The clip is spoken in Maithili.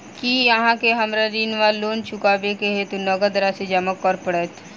की अहाँ केँ हमरा ऋण वा लोन चुकेबाक हेतु नगद राशि जमा करऽ पड़त?